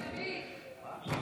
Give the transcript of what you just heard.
אני גזענית?